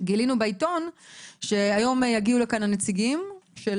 גילינו בעיתון שהיום יגיעו לכאן הנציגים של